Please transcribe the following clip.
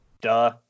Duh